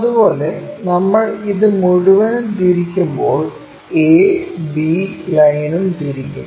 അതുപോലെ നമ്മൾ ഇത് മുഴുവൻ തിരിക്കുമ്പോൾ a b ലൈനും തിരിക്കും